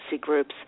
groups